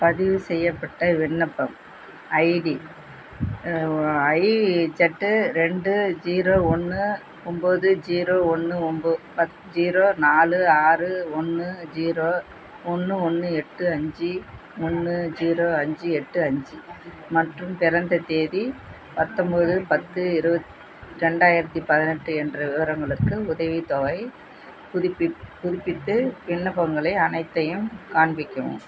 பதிவு செய்யப்பட்ட விண்ணப்பம் ஐடி ஐ ஜட்டு ரெண்டு ஜீரோ ஒன்று ஒன்போது ஜீரோ ஒன்று ஒம்போ பத் ஜீரோ நாலு ஆறு ஒன்று ஜீரோ ஒன்று ஒன்று எட்டு அஞ்சு ஒன்று ஜீரோ அஞ்சு எட்டு அஞ்சு மற்றும் பிறந்த தேதி பத்தொன்போது பத்து இருபத் ரெண்டாயிரத்தி பதினெட்டு என்ற விவரங்களுக்கு உதவித்தொகை குறிப்பிட் குறிப்பிட்டு விண்ணப்பங்களை அனைத்தையும் காண்பிக்கவும்